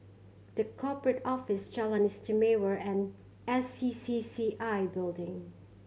The Corporate Office Jalan Istimewa and S C C C I Building